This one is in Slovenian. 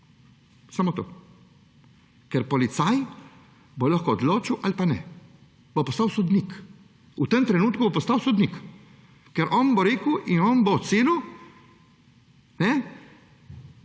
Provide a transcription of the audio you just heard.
Samo to. Ker policaj bo lahko odločal ali pa ne, bo postal sodnik. V tem trenutku bo postal sodnik, ker on bo rekel in on bo ocenil,